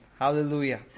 Hallelujah